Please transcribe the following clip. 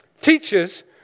Teachers